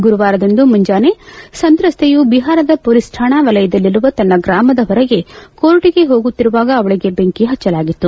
ಗುರುವಾರದಂದು ಮುಂಜಾನೆ ಸಂತ್ರನ್ನೆಯ ಬಿಹಾರದ ಮೊಲೀಸ್ ಕಾಣಾ ವಲಯದಲ್ಲಿರುವ ತನ್ನ ಗ್ರಾಮದ ಹೊರಗೆ ಕೋರ್ಟ್ಗೆ ಹೋಗುತ್ತಿರುವಾಗ ಅವಳಿಗೆ ಬೆಂಕಿ ಹಚ್ಚಲಾಗಿತ್ತು